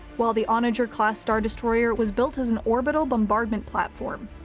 while the onager class star destroyer was built as an orbital bombardment platform.